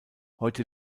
heute